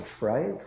right